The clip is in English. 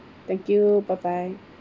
thank you bye bye